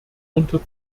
unter